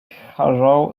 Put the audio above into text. harrow